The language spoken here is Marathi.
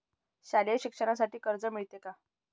शालेय शिक्षणासाठी कर्ज मिळते का?